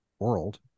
world